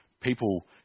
people